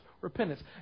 repentance